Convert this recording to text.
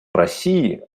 россии